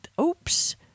oops